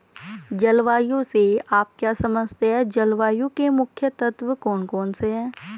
जलवायु से आप क्या समझते हैं जलवायु के मुख्य तत्व कौन कौन से हैं?